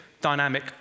dynamic